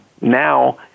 Now